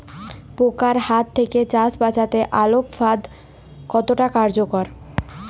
পোকার হাত থেকে চাষ বাচাতে আলোক ফাঁদ কতটা কার্যকর?